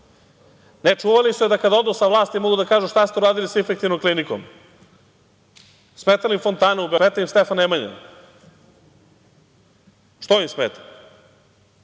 Ne, čuvali ste da, kada odu sa vlasti, mogu da kažu - šta ste uradili sa Infektivnom klinikom? Smetala im fontana u Beogradu. Smeta im Stefan Nemanja. Što im smeta?